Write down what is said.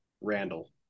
Randall